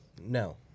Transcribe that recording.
no